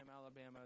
Alabama